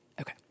Okay